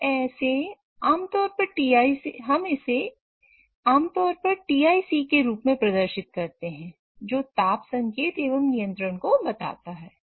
हम ऐसे आमतौर पर TIC के रूप में प्रदर्शित करते हैं जो ताप संकेत एवं नियंत्रण को बताता है